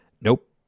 Nope